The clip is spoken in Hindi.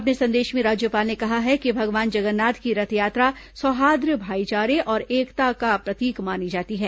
अपने संदेश में राज्यपाल ने कहा है कि भगवान जगन्नाथ की रथयात्रा सौहार्द भाई चारे और एकता का प्रतीक मानी जाती है